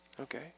Okay